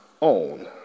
own